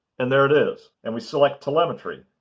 and there it is. and we select telemetry.